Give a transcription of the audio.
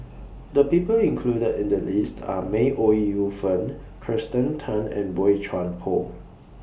The People included in The list Are May Ooi Yu Fen Kirsten Tan and Boey Chuan Poh